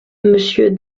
monsieur